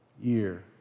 Year